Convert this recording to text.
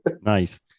nice